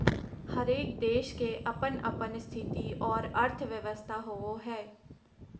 हरेक देश के अपन अपन स्थिति और अर्थव्यवस्था होवो हय